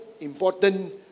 important